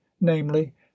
namely